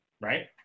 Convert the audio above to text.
right